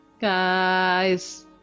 Guys